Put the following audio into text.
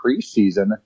preseason